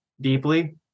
deeply